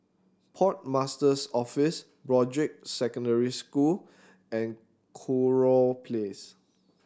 Port Master's Office Broadrick Secondary School and Kurau Place